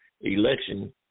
election